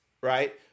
right